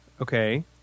Okay